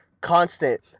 constant